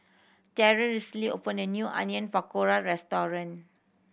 Terence recently opened a new Onion Pakora Restaurant